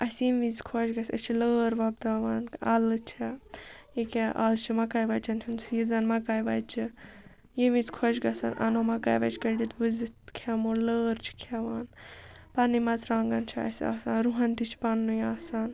اَسہِ ییٚمہِ وِز خۄش گژھِ أسۍ چھِ لٲر وۄپداوان اَلہٕ چھےٚ أکیٛاہ اَز چھِ مکاے وَچَن ہُنٛد سیٖزَن مَکاے وَچہِ ییٚمہِ وِز خۄش گژھان اَنو مَکاے وَچہِ کٔڑِتھ بٔزِتھ کھٮ۪مو لٲر چھِ کھٮ۪وان پنٕنۍ مژٕرٛوانٛگَن چھِ اَسہِ آسان رُہَن تہِ چھِ پنٛنُے آسان